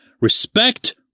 Respect